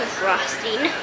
frosting